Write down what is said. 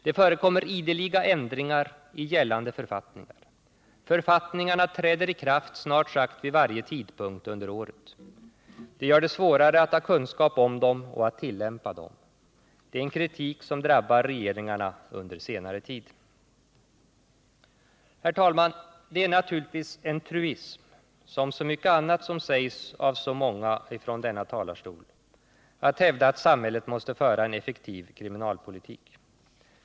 Det förekommer ideliga ändringar i gällande författningar. Författningarna träder i kraft snart sagt vid varje tidpunkt under året. Det gör det svårare att ha kunskap om dem och att tillämpa dem. Det är en kritik som drabbar regeringarna under senare tid. Herr talman! Det är naturligtvis en truism — som så mycket annat som sägs av så många från denna talarstol — att hävda att samhället måste föra en effektiv kriminalpolitik.